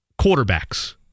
quarterbacks